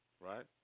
Right